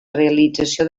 realització